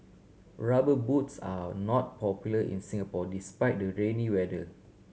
Rubber Boots are not popular in Singapore despite the rainy weather